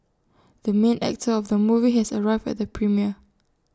the main actor of the movie has arrived at the premiere